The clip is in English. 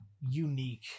unique